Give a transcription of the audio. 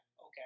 okay